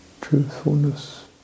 Truthfulness